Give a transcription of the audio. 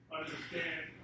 understand